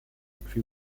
plus